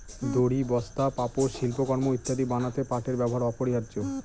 দড়ি, বস্তা, পাপোষ, শিল্পকর্ম ইত্যাদি বানাতে পাটের ব্যবহার অপরিহার্য